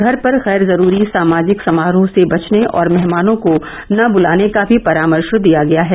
घर पर गैर जरूरी सामाजिक समारोह से बचने और मेहमानों को न बुलाने का भी परामर्श दिया गया है